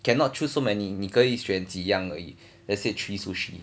cannot choose so many 你可以选几样而已 let's say three sushi